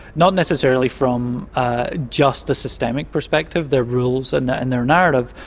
not necessarily from ah just a systemic perspective, their rules and and their narrative,